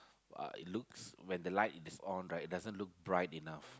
uh it looks when the light is on right it doesn't look bright enough